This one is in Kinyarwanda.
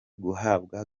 guhabwa